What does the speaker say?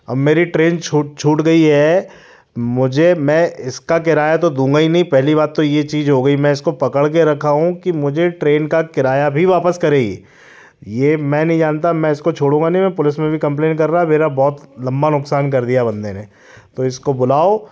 औ मेरी ट्रेन छूट छूट गई है मुझे मैं इसका किराया तो दूंगा ही नहीं पहली बात तो ये चीज हो गई मैं इसको पकड़ के रखा हूँ कि मुझे ट्रेन का किराया भी वापस करें ये ये मैं नहीं जानता मैं इसको छोडूंगा नहीं मैं पुलिस में भी कंप्लेन कर रहा मेरा बहुत लंबा नुकसान कर दिया बंदे ने तो इसको बुलाओ